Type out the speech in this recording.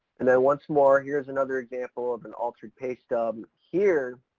and then once more, here's another example of an altered pay stub. here,